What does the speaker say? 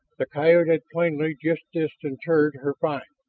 the coyote had plainly just disinterred her find.